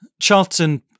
Charlton